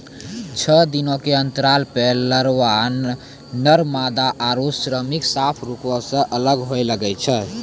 छः दिनो के अंतराल पे लारवा, नर मादा आरु श्रमिक साफ रुपो से अलग होए लगै छै